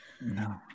No